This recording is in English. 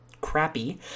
crappy